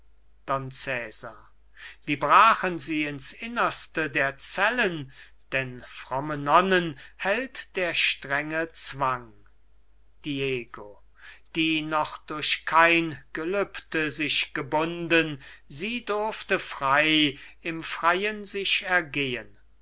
wie brachen sie ins innerste der zellen denn fromme nonnen hält der strenge zwang diego die noch durch kein gelübde sich gebunden sie durfte frei im freien sich ergehen